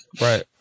Right